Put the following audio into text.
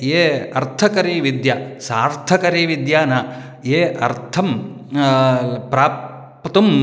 ये अर्थकरीविद्या सार्थकरीविद्या न ये अर्थं प्राप्तुं